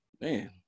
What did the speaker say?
man